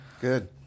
Good